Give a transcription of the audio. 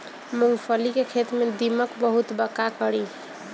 मूंगफली के खेत में दीमक बहुत बा का करी?